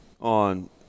on –